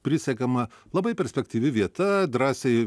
prisiekiama labai perspektyvi vieta drąsiai